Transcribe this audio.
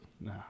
no